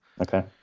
Okay